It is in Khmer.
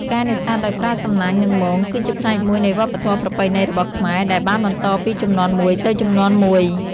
ការនេសាទដោយប្រើសំណាញ់ និងមងគឺជាផ្នែកមួយនៃវប្បធម៌ប្រពៃណីរបស់ខ្មែរដែលបានបន្តពីជំនាន់មួយទៅជំនាន់មួយ។